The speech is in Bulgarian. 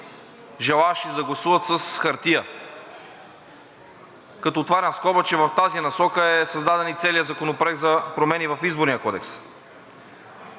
желаещите да гласуват с хартия, като това разковниче в тази насока е създаден и целият Законопроект за промени в Изборния кодекс.